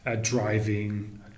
driving